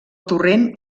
torrent